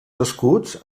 escuts